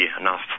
enough